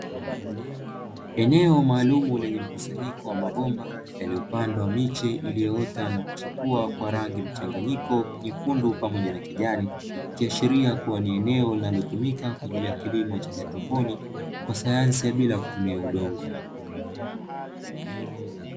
Eneo maalumu lenye mkusanyiko wa mabomba, yaliyopandwa miche iliyoota na kuchipua kwa rangi mchanganyiko nyekundu pamoja na kijani, ikiashiria kuwa ni eneo linalotumika kwa ajili ya kilimo cha haidroponi kwa sayansi ya bila kutumia udongo.